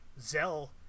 zell